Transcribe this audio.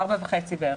ארבע וחצי בערך.